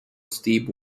steve